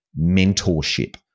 mentorship